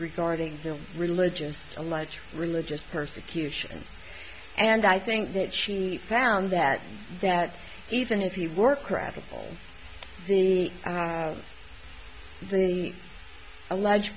regarding the religious alleged religious persecution and i think that she found that that even if you work radical the the